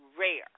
rare